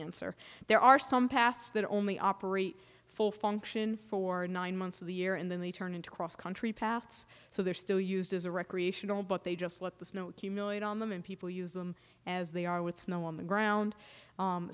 answer there are some paths that only operate full function for nine months of the year and then they turn into cross country paths so they're still used as a recreational but they just let the snow accumulating on them and people use them as they are with snow on the ground